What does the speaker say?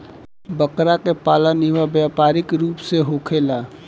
बकरा के पालन इहवा व्यापारिक रूप से होखेला